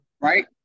right